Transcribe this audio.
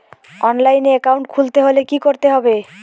অনলাইনে একাউন্ট খুলতে হলে কি করতে হবে?